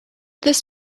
this